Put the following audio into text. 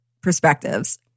perspectives